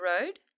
road